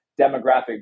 demographic